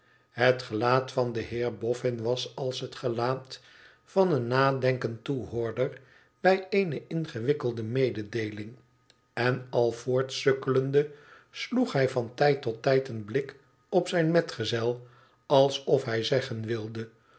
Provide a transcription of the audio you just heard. het gelaat van den heer boffln was als het gelaat van een nadenkend toehoorder bij eene ingewikkelde mededeeling en al voortsukkelende sloeg hij van tijd tot tijd een blik op zijn metgezel alsof hij zeggen wilde